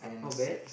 not bad